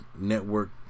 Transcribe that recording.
network